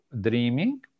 dreaming